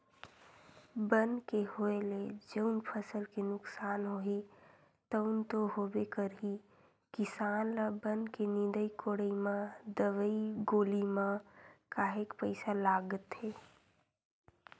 बन के होय ले जउन फसल के नुकसान होही तउन तो होबे करही किसान ल बन के निंदई कोड़ई म दवई गोली म काहेक पइसा लागथे